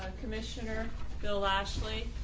commissioner bill ashley,